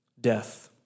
Death